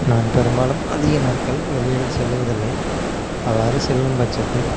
நான் பெரும்பாலும் அதிக நாட்கள் வெளியில் செல்லுவதில்லை அவ்வாறு செல்லும் பட்சத்தில்